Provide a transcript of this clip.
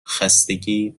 خستگی